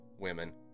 Women